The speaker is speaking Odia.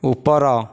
ଉପର